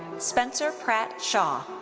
spencer pratt shaw.